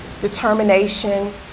determination